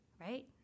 right